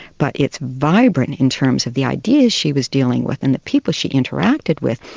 but it's vibrant in terms of the ideas she was dealing with and the people she interacted with,